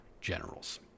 generals